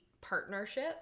partnership